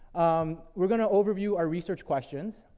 um, we're gonna overview our research questions,